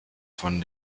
von